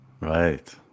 Right